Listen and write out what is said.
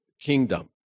kingdom